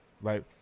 right